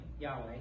Yahweh